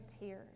tears